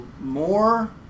more